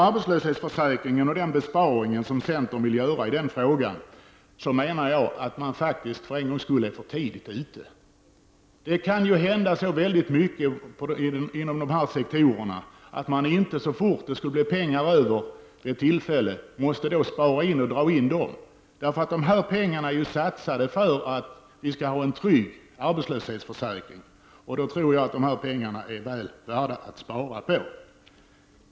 Vad gäller den besparing som centern vill göra inom arbetslöshetsförsäkringen menar jag att man för en gångs skull är för tidigt ute. Det kan hända så mycket inom de aktuella sektorerna. Man skall därför inte så snart som det blir pengar över dra in dessa. Pengarna har ju satsats för att vi skall kunna upprätthålla en trygg arbetslöshetsförsäkring, och jag menar därför att dessa pengar är väl värda att behålla.